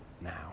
now